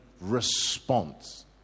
response